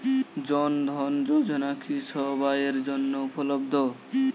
জন ধন যোজনা কি সবায়ের জন্য উপলব্ধ?